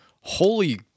Holy